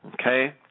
okay